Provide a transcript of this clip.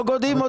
לא גודעים אותו.